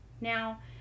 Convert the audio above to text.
Now